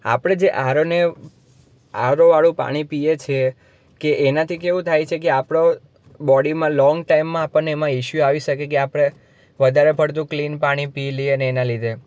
આપણે જે આર ઓને આર ઓવાળું પાણી પીએ છીએ કે એનાથી કેવું થાય છે કે આપણો બોડીમાં લોંગ ટાઇમમાં આપણને એમાં ઇસ્યુ આવી શકે કે આપણે વધારે પડતું ક્લીન પાણી પી લઈએ ને એના લીધે